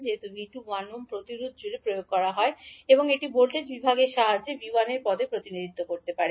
যেহেতু V2 1 ohm প্রতিরোধের জুড়ে প্রয়োগ করা হয় এটি ভোল্টেজ বিভাগের সাহায্যে 𝐕1 এর পদে প্রতিনিধিত্ব করা যেতে পারে